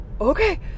okay